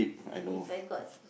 If I got